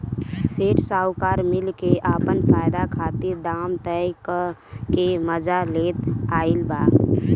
सेठ साहूकार मिल के आपन फायदा खातिर दाम तय क के मजा लेत आइल बा